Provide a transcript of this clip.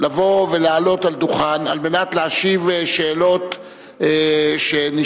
לבוא ולעלות לדוכן על מנת להשיב לשאלות שנשאלו